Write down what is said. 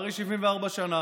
אחרי 74 שנים.